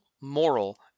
moral